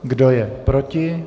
Kdo je proti?